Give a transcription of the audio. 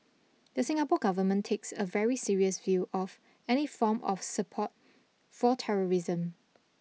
the Singapore Government takes a very serious view of any form of support for terrorism